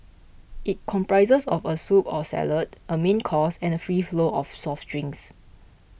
it comprises of a soup or salad a main course and free flow of soft drinks